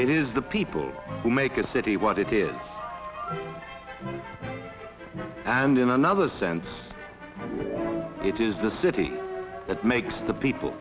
it is the people who make a city what it is and in another sense it is the city that makes the people